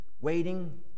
waiting